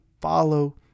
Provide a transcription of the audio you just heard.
follow